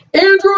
Android